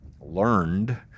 learned